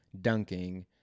dunking